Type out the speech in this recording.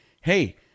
hey